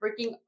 Freaking